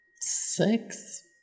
Six